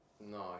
No